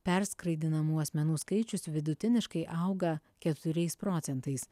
perskraidinamų asmenų skaičius vidutiniškai auga keturiais procentais